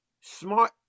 Smart